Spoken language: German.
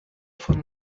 von